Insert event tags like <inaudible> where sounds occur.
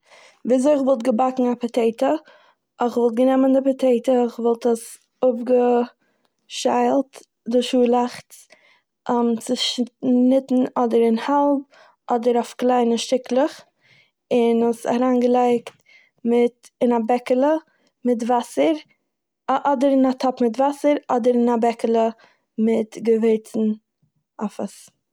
וויזוי כ'וואלט געבאקן א פאטעיטא. כ'וואלט גענומען די פאטעיטא און כ'וואלט עס אפגעשיילט די שאלאכץ, <hesitation> צושניטן אדער אין האלב אדער אויף קליינע שטיקלעך און עס אריינגעלייגט מיט- אין א בעקעלע מיט וואסער- אדער אין א טאפ מיט וואסער אדער אין א בעקעלע מיט געווערצן אויף עס.